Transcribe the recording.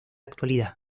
actualidad